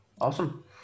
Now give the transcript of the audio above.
awesome